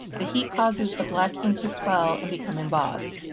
the heat causes the black ink to swell and become embossed.